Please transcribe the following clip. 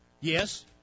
Yes